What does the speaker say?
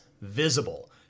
visible